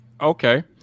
Okay